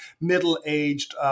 middle-aged